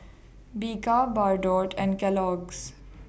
Bika Bardot and Kellogg's